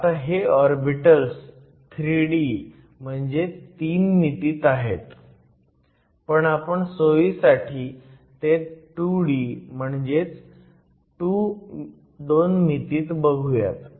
आता हे orbitals 3D म्हणजे 3 मितीत आहेत पण आपण सोयीसाठी ते 2D म्हणजेच 2 मितीत बघुयात